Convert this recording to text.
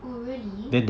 oh really